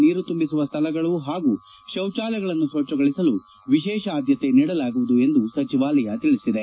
ನೀರು ತುಂಬಿಸುವ ಸ್ಥಳಗಳು ಹಾಗೂ ಶೌಚಾಲಯಗಳನ್ನು ಸ್ವಚ್ಚಗೊಳಿಸಲು ವಿಶೇಷ ಆದ್ದತೆ ನೀಡಲಾಗುವುದು ಎಂದು ಸಚವಾಲಯ ತಿಳಿಸಿದೆ